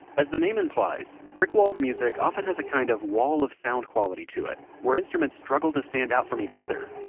as the name implies, brickwalled music often has a kind of wall-of-sound quality to it, where instruments struggle to stand out from each other,